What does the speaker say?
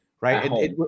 right